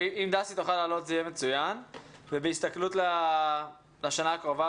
אם דסי תוכל לעלות זה מצוין ובהסתכלות לשנה הקרובה,